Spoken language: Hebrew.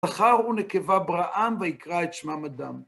זכר ונקבה בראם, ויקרא את שמם אדם.